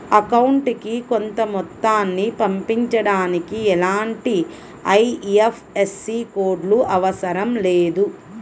అకౌంటుకి కొంత మొత్తాన్ని పంపించడానికి ఎలాంటి ఐఎఫ్ఎస్సి కోడ్ లు అవసరం లేదు